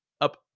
up